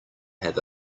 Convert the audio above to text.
have